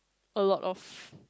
a lot of